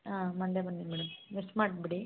ಹಾಂ ಮಂಡೆ ಬನ್ನಿ madam miss ಮಾಡಬೇಡಿ